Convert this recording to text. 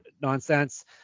nonsense